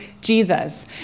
Jesus